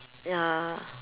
ya